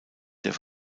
der